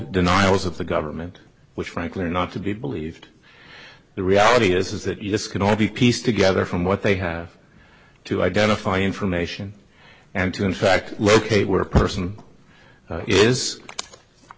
denials of the government which frankly are not to be believed the reality is that this can all be pieced together from what they have to identify information and to in fact locate where a person is the